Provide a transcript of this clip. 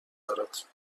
دارد